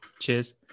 Cheers